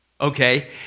Okay